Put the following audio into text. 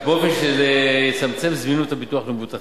באופן שיצמצם את זמינות הביטוח למבוטחים.